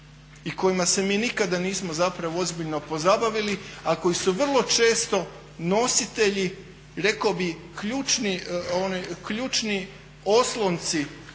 i kojima se mi nikada nismo zapravo ozbiljno pozabavili a koji su vrlo često nositelji rekao bih ključni oslonci